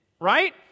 Right